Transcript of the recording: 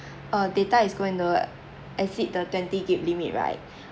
uh data is going to exceed the twenty gig~ limit right